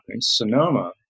Sonoma